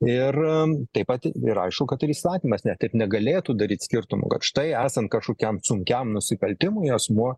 ir taip pat yra aišku kad ir įstatymas ne tik negalėtų daryti skirtumo kad štai esant kažkokiam sunkiam nusikaltimui asmuo